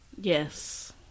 Yes